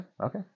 Okay